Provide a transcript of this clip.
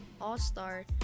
All-Star